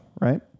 right